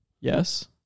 Yes